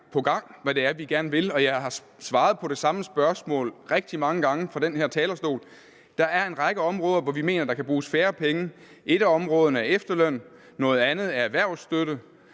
på gang lagt frem, hvad vi gerne vil, og jeg har svaret på samme spørgsmål rigtig mange gange fra denne talerstol. Der er en række områder, hvor vi mener, at der kan bruges færre penge. Et af områderne er efterlønnen, et andet er til erhvervsstøtte,